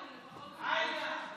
עאידה,